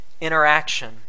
interaction